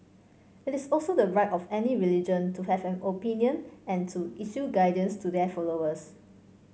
it is also the right of any religion to have an opinion and to issue guidance to their followers